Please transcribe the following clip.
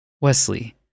Wesley